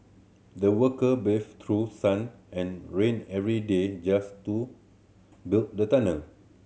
the worker braved through sun and rain every day just to build the tunnel